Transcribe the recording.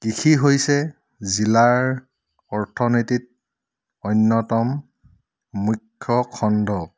কৃষি হৈছে জিলাৰ অৰ্থনীতিত অন্যতম মুখ্য খণ্ড